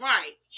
Right